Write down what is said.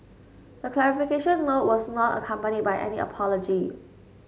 the clarification note was not accompanied by any apology